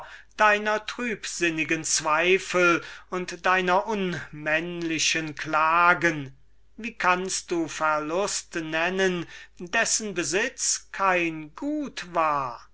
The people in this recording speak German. deiner trübsinnigen zweifel und deiner unmännlichen klagen wie kannst du verlust nennen dessen besitz kein gut war